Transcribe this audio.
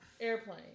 airplane